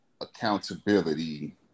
accountability